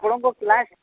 ଆପଣଙ୍କ